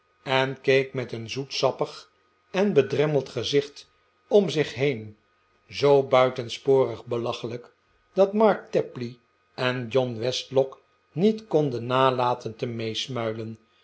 en keek met een zoetsappig en bedremmeld gezicht om zich heen zoo buitensporig belachelijk dat mark tapley en john westlock niet konden nalaten te meesmuilen